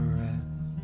rest